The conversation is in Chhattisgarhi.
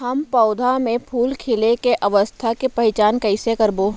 हम पौधा मे फूल खिले के अवस्था के पहिचान कईसे करबो